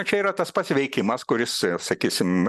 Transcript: čia yra tas pats veikimas kuris sakysim